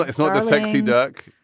it's not a sexy duck.